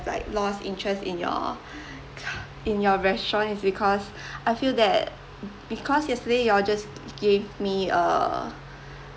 like lost interest in your ca~ in your restaurant is because I feel that because yesterday you all just gave me uh